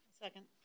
Second